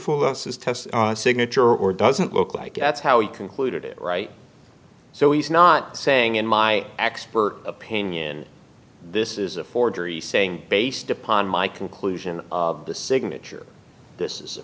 his test signature or doesn't look like that's how he concluded it right so he's not saying in my expert opinion this is a forgery saying based upon my conclusion of the signature this is a